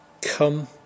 Come